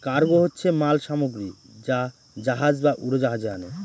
cargo হচ্ছে মাল সামগ্রী যা জাহাজ বা উড়োজাহাজে আনে